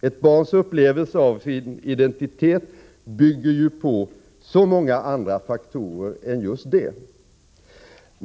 Ett barns upplevelse av sin identitet bygger ju på så många andra faktorer än just detta.